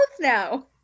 now